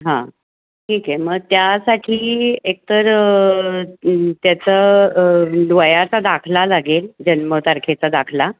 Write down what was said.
हां ठीक आहे मग त्यासाठी एकतर त्याचं वयाचा दाखला लागेल जन्मतारखेचा दाखला